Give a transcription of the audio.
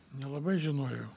nelabai žinojau